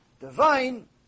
Divine